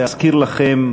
להזכיר לכם,